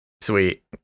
Sweet